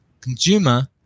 consumer